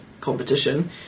competition